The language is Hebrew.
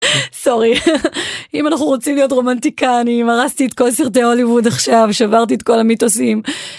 סורי אם אנחנו רוצים להיות רומנטיקאנים הרסתי את כל סרטי הוליווד עכשיו שברתי את כל המיתוסים